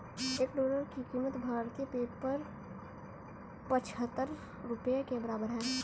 एक डॉलर की कीमत भारतीय पेपर पचहत्तर रुपए के बराबर है